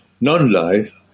non-life